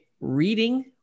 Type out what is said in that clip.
reading